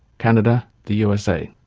canada, the usa.